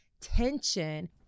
tension